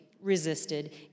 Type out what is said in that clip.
resisted